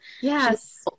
Yes